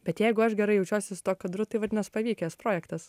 bet jeigu aš gerai jaučiuosi su tuo kadru tai vadinas pavykęs projektas